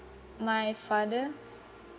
my father